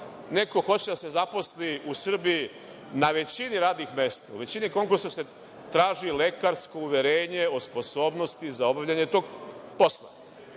neko hoće da se zaposli u Srbiji na većini radnih mesta, u većini konkursa se traži lekarsko uverenje o sposobnosti za obavljanje tog posla.